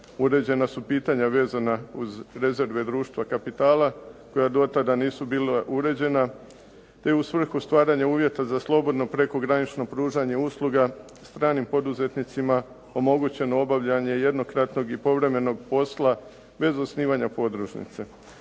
Uređena su pitanja vezana uz rezerve društva kapitala koja do tada nisu bila uređena te u svrhu stvaranja uvjeta za slobodno prekogranično pružanje usluga, stranim poduzetnicima omogućeno obavljanje jednokratnog i povremenog posla bez osnivanja podružnice.